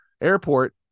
Airport